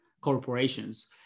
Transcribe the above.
Corporations